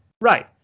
Right